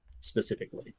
specifically